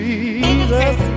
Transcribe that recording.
Jesus